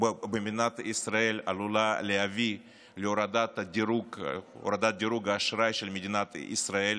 במדינת ישראל עלולה להביא להורדת דירוג האשראי של מדינת ישראל,